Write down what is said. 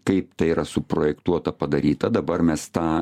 kaip tai yra suprojektuota padaryta dabar mes tą